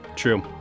true